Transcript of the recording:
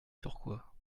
turquois